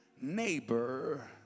neighbor